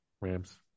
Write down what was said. Rams